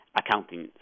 accounting